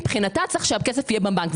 מבחינתה צריך שהכסף יהיה בבנק.